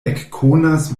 ekkonas